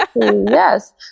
yes